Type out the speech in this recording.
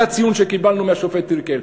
זה הציון שקיבלנו מהשופט טירקל.